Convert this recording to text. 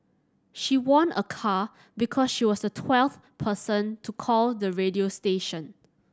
she won a car because she was the twelfth person to call the radio station